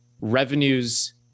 revenues